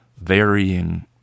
varying